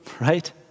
right